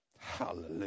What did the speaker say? Hallelujah